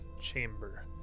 chamber